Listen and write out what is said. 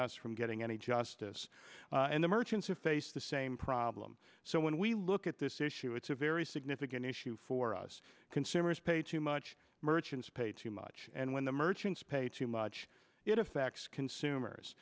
us from getting any justice and the merchants who faced the same problem so when we look at this issue it's a very significant issue for us consumers pay too much merchants pay too much and when the merchants pay too much it affects consumers